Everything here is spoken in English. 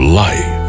life